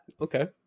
Okay